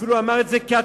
אפילו אמר את זה כהתניה.